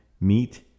meet